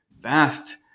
vast